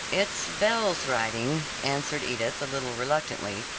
it's belle's writing, answered edith a little reluctantly,